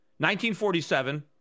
1947